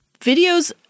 videos